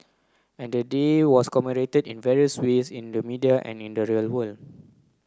and the day was commemorated in various ways in the media and in the real world